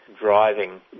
driving